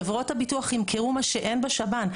חברות הביטוח ימכרו מה שאין בשב"ן.